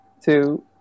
two